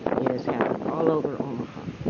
it has happened all over omaha.